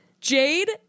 Jade